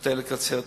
כדי לקצר תהליכים.